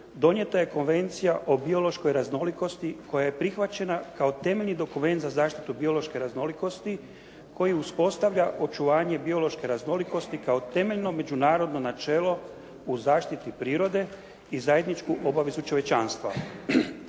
donijeta je Konvencija o biološkoj raznolikosti koja je prihvaćena kao temeljni dokument za zaštitu biološke raznolikosti koji uspostavlja očuvanje biološke raznolikosti kao temeljno međunarodno načelo u zaštiti prirode i zajedničku obavezu čovječanstva.